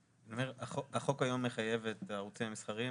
החוק היום מחייב את הערוצים המסחריים